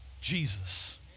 Jesus